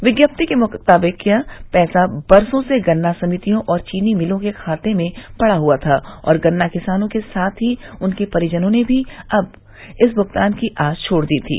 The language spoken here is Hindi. विज्ञप्ति के मुताबिक यह पैसा बरसों से गन्ना समितियों और चीनी मिलो के खाते में पड़ा हुआ था और गन्ना किसानों के साथ ही उनके परिजनों ने भी अब इस भुगतान की आस छोड़ दी थी